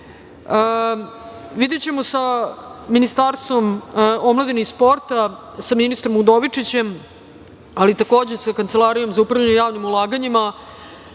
videćemo sa Ministarstvom omladine i sporta, sa ministrom Udovičićem, ali i sa Kancelarijom za upravljanje javnim ulaganjima.